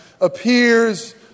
appears